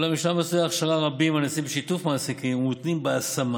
אולם ישנם מסלולי הכשרה רבים הנעשים בשיתוף מעסיקים ומותנים בהשמה